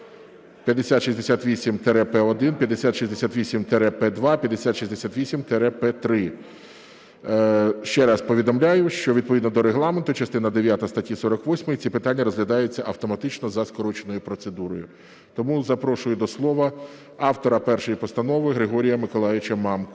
5068-П1, 5068-П2, 5068-П3). Ще раз повідомляю, що відповідно до Регламенту частина дев'ята статті 48 ці питання розглядаються автоматично за скороченою процедурою. Тому запрошую до слова автора першої постанови Григорія Миколайовича Мамку,